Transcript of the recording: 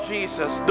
Jesus